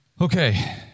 Okay